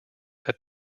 that